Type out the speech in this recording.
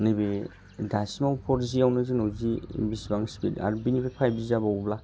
नैबे दासिमाव फरजियावनि जोंनाव जि बिसिबां स्पिड आरो बिनिफ्राय फाइभ जि जाबावोब्ला